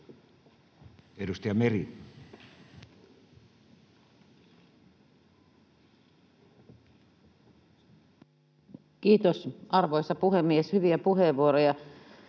Edustaja Meri. Kiitos, arvoisa puhemies! Hyviä puheenvuoroja.